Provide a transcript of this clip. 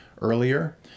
earlier